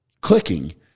clicking